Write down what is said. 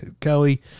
Kelly